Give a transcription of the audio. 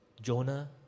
Jonah